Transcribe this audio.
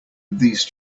these